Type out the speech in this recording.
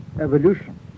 evolution